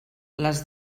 les